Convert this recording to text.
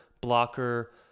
blocker